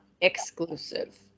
exclusive